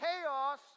chaos